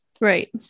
right